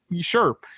sure